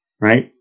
right